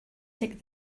tick